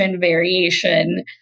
variation